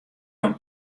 dan